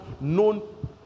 known